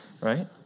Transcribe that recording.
right